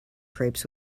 crepes